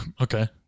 Okay